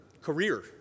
career